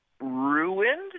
ruined